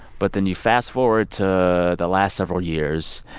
but then you fast-forward to the last several years,